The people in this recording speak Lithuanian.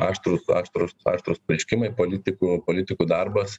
aštrūs aštrūs aštrūs pareiškimai politikų politikų darbas